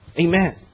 Amen